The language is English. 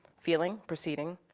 feeling, proceeding,